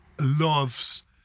loves